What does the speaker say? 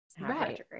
right